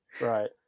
right